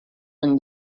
and